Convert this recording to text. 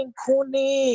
kuni